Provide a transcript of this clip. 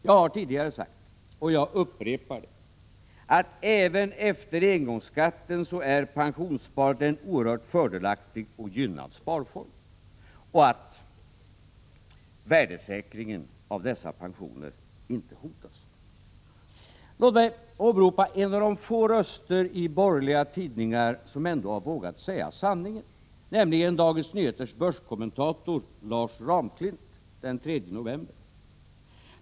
Jag har tidigare sagt, och jag upprepar det, att pensionssparandet även efter engångsskatten är en oerhört fördelaktig och gynnad sparform och att värdesäkringen av dessa pensioner inte hotas. Låt mig åberopa en av de få röster i borgerliga tidningar som ändå har vågat säga sanningen, nämligen Dagens Nyheters börskommentator Lars Ramklint den 3 november.